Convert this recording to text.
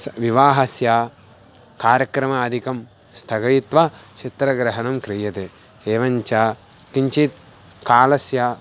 सः विवाहस्य कार्यक्रमादिकं स्थगयित्वा चित्रग्रहणं क्रियते एवञ्च किञ्चित् कालस्य